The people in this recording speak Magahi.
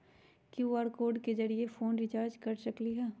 कियु.आर कोड के जरिय फोन रिचार्ज कर सकली ह?